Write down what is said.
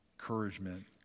encouragement